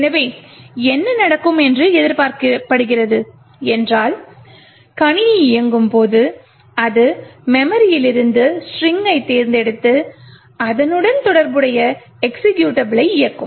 எனவே என்ன நடக்கும் என்று எதிர்பார்க்கப்படுகிறது என்றால் கணினி இயங்கும்போது அது மெமரியிலிருந்து ஸ்ட்ரிங்கைத் தேர்ந்தெடுத்து அதனுடன் தொடர்புடைய எக்சிகியூடபிளை இயக்கும்